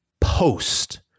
post